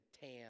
tan